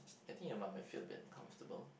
I think your mom might feel a bit uncomfortable